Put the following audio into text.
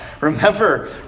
Remember